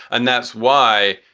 and that's why,